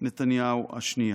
נתניהו השנייה.